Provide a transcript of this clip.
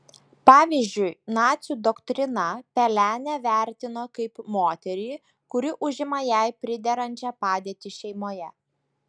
pavyzdžiui nacių doktrina pelenę vertino kaip moterį kuri užima jai priderančią padėtį šeimoje